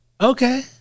Okay